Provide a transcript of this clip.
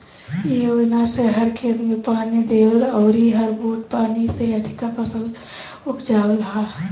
इ योजना से हर खेत में पानी देवल अउरी हर बूंद पानी से अधिका फसल के उपजावल ह